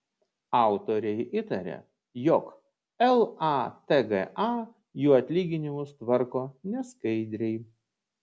autoriai įtaria jog latga jų atlyginimus tvarko neskaidriai